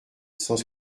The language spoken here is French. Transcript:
cent